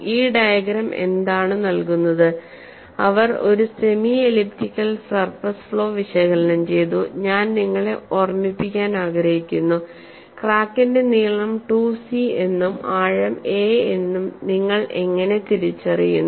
ഈ ഡയഗ്രം എന്താണ് നൽകുന്നത് അവർ ഒരു സെമി എലിപ്റ്റിക്കൽ സർഫേസ് ഫ്ലോ വിശകലനം ചെയ്തു ഞാൻ നിങ്ങളെ ഓർമ്മിപ്പിക്കാൻ ആഗ്രഹിക്കുന്നു ക്രാക്കിന്റെ നീളം 2 സി എന്നും ആഴം a എന്നും നിങ്ങൾ എങ്ങനെ തിരിച്ചറിയുന്നു